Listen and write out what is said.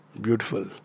beautiful